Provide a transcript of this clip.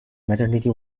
maternity